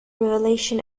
revelation